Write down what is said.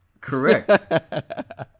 Correct